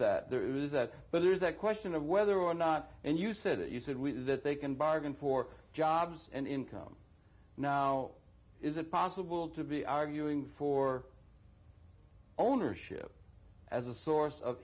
is that but there is that question of whether or not and you said that you said that they can bargain for jobs and income now is it possible to be arguing for ownership as a source of